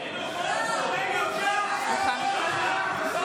איפה הוא?